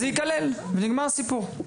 זה ייכלל ונגמר הסיפור.